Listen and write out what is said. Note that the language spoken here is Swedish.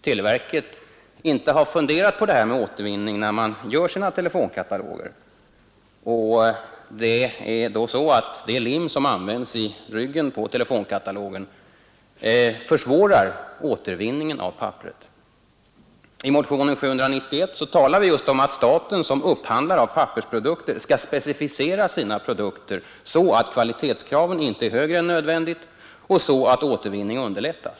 televerket inte har funderat på detta med återvinning vid framställningen av telefonkatalogerna. Det lim som används i ryggen på katalogerna försvårar återvinningen av papperet. I motionen 791 talar vi just om att staten som upphandlare av pappersprodukter skall specificera sina krav så att kvalitetskravet inte blir högre än nödvändigt och så att återvinning underlättas.